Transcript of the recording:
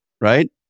right